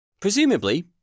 Presumably